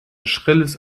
schrilles